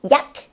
Yuck